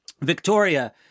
Victoria